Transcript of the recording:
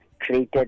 created